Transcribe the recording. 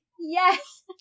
yes